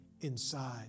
inside